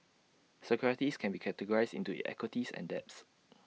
securities can be categorized into equities and debts